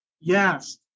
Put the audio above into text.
yes